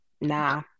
nah